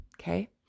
Okay